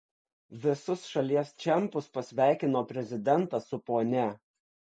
visus šalies čempus pasveikino prezidentas su ponia